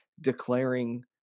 declaring